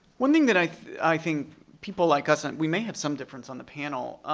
one thing that i i think people like us, and we may have some difference on the panel,